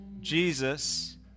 Jesus